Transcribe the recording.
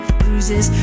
bruises